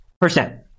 percent